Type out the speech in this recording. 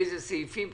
לאילו סעיפים,